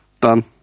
Done